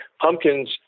pumpkins